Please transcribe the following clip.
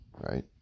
right